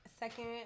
second